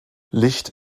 licht